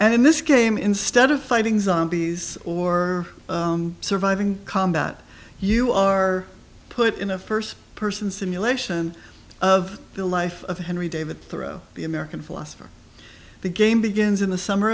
in this game instead of fighting zombies or surviving combat you are put in a first person simulation of the life of henry david thoreau the american philosopher the game begins in the summer